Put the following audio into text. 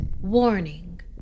Warning